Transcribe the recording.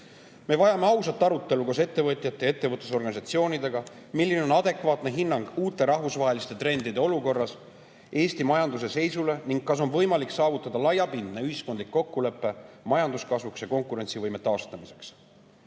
Me vajame ausat arutelu koos ettevõtjate ja ettevõtlusorganisatsioonidega, milline on adekvaatne hinnang uute rahvusvaheliste trendide olukorras Eesti majanduse seisule ning kas on võimalik saavutada laiapindne ühiskondlik kokkulepe majanduskasvuks ja konkurentsivõime taastamiseks.